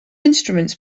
instruments